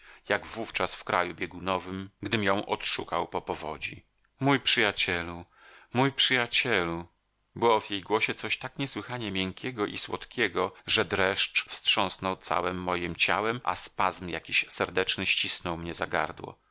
jak wówczas w kraju biegunowym gdym ją odszukał po powodzi mój przyjacielu mój przyjacielu było w jej głosie coś tak niesłychanie miękkiego i słodkiego że dreszcz wstrząsnął całem mojem ciałem a spazm jakiś serdeczny ścisnął mnie